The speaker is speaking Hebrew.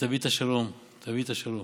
ותביא את השלום, תביא את השלום,